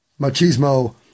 machismo